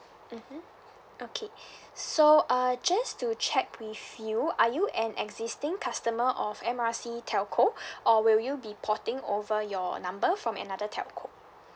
mmhmm okay so uh just to check with you are you an existing customer of M R C telco or will you be porting over your number from another telco